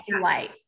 light